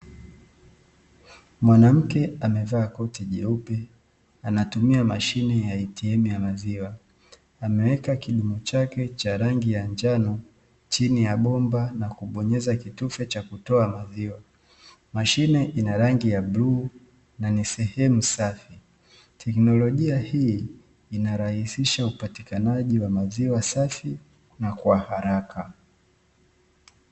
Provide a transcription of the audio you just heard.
Mwanamke amevaa koti jeupe anatumia mashine ya 'ATM' ya maziwa, ameweka kidumu chake cha rangi ya njano chini ya bomba na kubonyeza kitufe cha kutoa maziwa, mashine ina rangi ya bluu na ni sehemu safi. Teknolojia hii inarahisisha upatikanaji wa maziwa safi na kwa haraka.